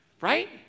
right